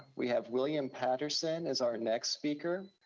we have william patterson as our next speaker.